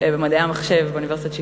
במדעי המחשב באוניברסיטת שיקגו,